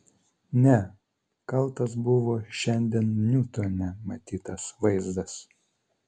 ne kaltas buvo šiandien niutone matytas vaizdas